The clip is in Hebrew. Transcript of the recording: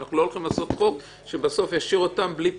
אנחנו לא הולכים לעשות חוק שבסוף ישאיר אותן בלי פתרון.